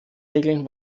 regeln